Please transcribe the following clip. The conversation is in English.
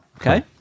Okay